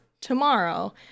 tomorrow